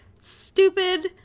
stupid